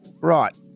Right